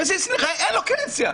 קשיש נכה אין לו פנסיה.